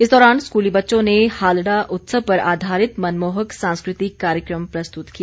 इस दौरान स्कूली बच्चों ने हालडा उत्सव पर आधारित मनमोहक सांस्कृतिक कार्यक्रम प्रस्तुत किया